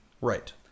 Right